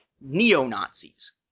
neo-Nazis